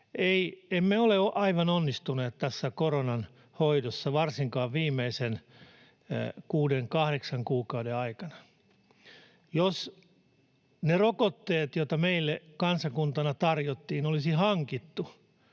emme ole aivan onnistuneet tässä koronan hoidossa varsinkaan viimeisen 6—8 kuukauden aikana. Jos ne rokotteet, joita meille kansakuntana tarjottiin, olisi hankittu